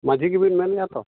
ᱢᱟᱺᱡᱷᱤ ᱜᱮᱵᱮᱱ ᱢᱮᱱ ᱮᱫᱟ ᱛᱚ